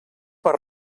per